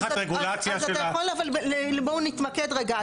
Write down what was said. אז אתה יכול אבל, בואו נתמקד רגע.